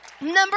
Number